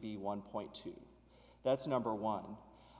b one point two that's number one